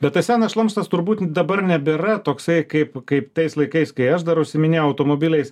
bet tas senas šlamštas turbūt dabar nebėra toksai kaip kaip tais laikais kai aš dar užsiiminėjau automobiliais